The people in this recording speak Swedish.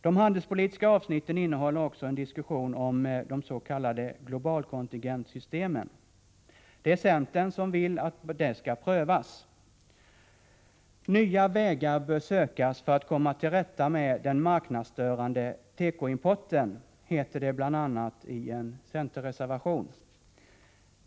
De handelspolitiska avsnitten innehåller också en diskussion om det s.k. globalkontingentsystemet. Det är centern som vill att det skall prövas. I en centerreservation heter det bl.a. att man bör söka nya vägar ”för att komma till rätta med den marknadsstörande tekoimporten”.